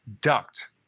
duct